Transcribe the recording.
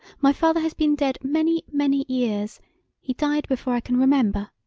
my father has been dead many many years he died before i can remember.